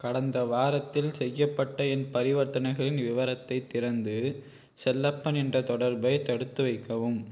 கடந்த வாரத்தில் செய்யப்பட்ட என் பரிவர்த்தனைகளின் விவரத்தைத் திறந்து செல்லப்பன் என்ற தொடர்பைத் தடுத்து வைக்கவும்